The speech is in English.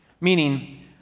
Meaning